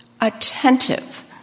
attentive